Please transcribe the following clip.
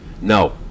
No